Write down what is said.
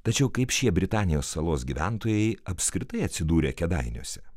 tačiau kaip šie britanijos salos gyventojai apskritai atsidūrė kėdainiuose